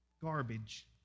garbage